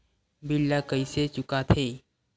bill ला कइसे चुका थे